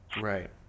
Right